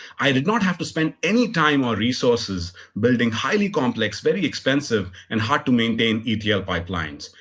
i did not have to spend any time or resources building highly complex, very expensive and hard to maintain etl pipelines,